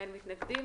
אין מתנגדים.